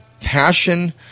passion